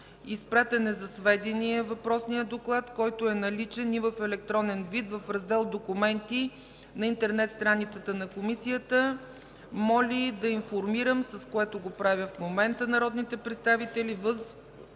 изпратен за сведение, който е наличен и в електронен вид в Раздел „Документи” на интернет страницата на Комисията. Моли да информирам, което правя в момента, народните представители за възможността